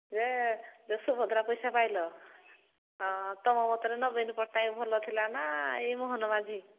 ଯେ ଯୋଉ ସୁଭଦ୍ରା ପଇସା ପାଇଲ ତୁମ ମତରେ ନବୀନ ପଟ୍ଟନାୟକ ଭଲ ଥିଲା ନା ଏଇ ମୋହନ ମାଝୀ